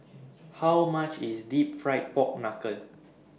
How much IS Deep Fried Pork Knuckle